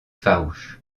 farouche